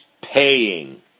paying